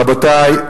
רבותי,